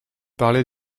parlez